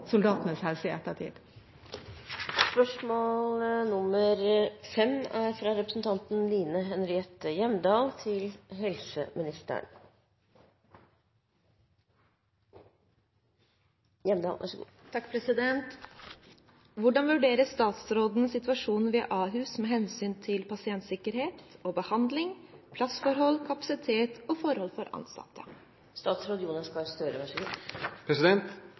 soldatenes helse i ettertid. «Hvordan vurderer statsråden situasjonen ved Ahus med hensyn til pasientsikkerhet og -behandling, plassforhold, kapasitet og forhold for ansatte?»